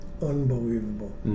Unbelievable